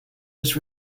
was